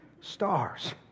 stars